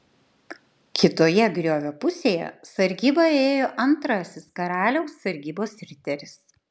kitoje griovio pusėje sargybą ėjo antrasis karaliaus sargybos riteris